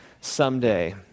someday